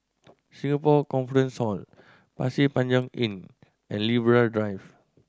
Singapore Conference Hall Pasir Panjang Inn and Libra Drive